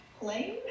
plane